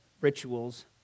rituals